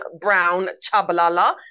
Brown-Chabalala